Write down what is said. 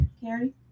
Carrie